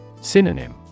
Synonym